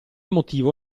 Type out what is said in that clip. motivo